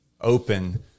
open